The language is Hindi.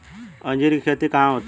अंजीर की खेती कहाँ होती है?